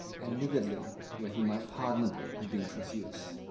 and niggardly where he might pardonably have been profuse.